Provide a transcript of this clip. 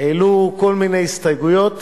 העלו כל מיני הסתייגויות